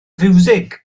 fiwsig